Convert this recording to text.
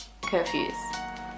curfews